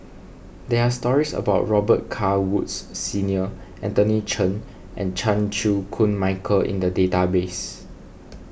there are stories about Robet Carr Woods Senior Anthony Chen and Chan Chew Koon Michael in the database